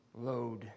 load